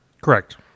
Correct